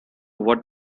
what